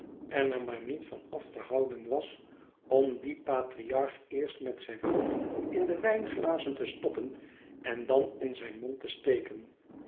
en er maar niet van af te houden was om dien patriarch eerst met zijn hoofd in de wijnglazen te stoppen en dan in zijn mond te steken